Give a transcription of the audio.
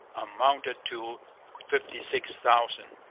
amounted to fifty-six thousand.